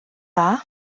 dda